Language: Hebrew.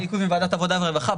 היה עיכוב עם ועדת העבודה והרווחה,